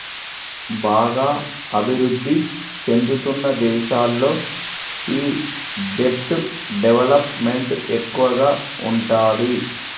బాగా అభిరుద్ధి చెందుతున్న దేశాల్లో ఈ దెబ్ట్ డెవలప్ మెంట్ ఎక్కువగా ఉంటాది